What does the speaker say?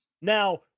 Now